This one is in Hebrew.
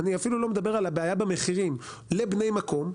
אני אפילו לא מדבר על הבעיה במחירים לבני המקום.